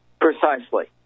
Precisely